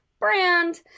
brand